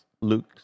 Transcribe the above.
luke